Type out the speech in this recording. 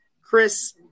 Chris